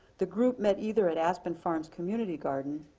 the group met either at aspen farms community garden,